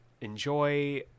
enjoy